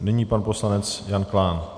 Nyní pan poslanec Jan Klán.